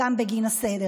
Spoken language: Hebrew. פעילות.